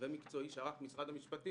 ומקצועי שערך משרד המשפטי,